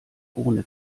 ohne